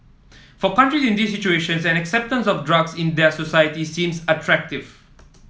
for countries in these situations an acceptance of drugs in their societies seems attractive